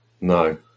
No